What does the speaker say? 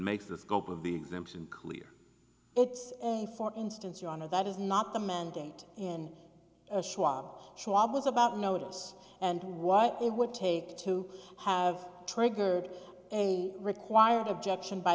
makes the scope of the exemption clear it's a for instance your honor that is not the mandate in a schwab was about notice and what it would take to have triggered a required objection by